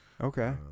Okay